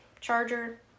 charger